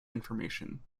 information